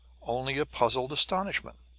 only a puzzled astonishment.